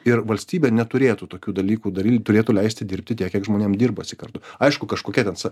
ir valstybė neturėtų tokių dalykų daryt turėtų leisti dirbti tiek kiek žmonėm dirbasi kartu aišku kažkokia ten sa